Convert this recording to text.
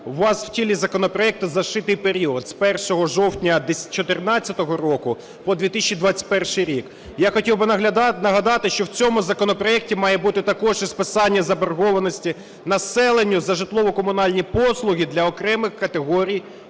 у вас в тілі законопроекту зашитий період з 1 жовтня 14-го року по 2021 рік. Я хотів би нагадати, що в цьому законопроекті має бути також і списання заборгованості населення за житлово-комунальні послуги для окремих категорій